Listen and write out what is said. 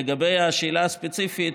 לגבי השאלה הספציפית,